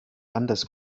anders